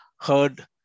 heard